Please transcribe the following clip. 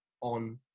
on